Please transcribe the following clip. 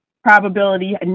probability